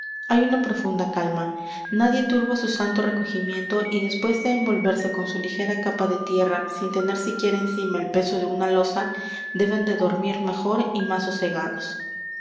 hay una profunda calma nadie turba su santo recogimiento y después de envolverse en su ligera capa de tierra sin tener siquiera encima el peso de una losa deben de dormir mejor y más sosegados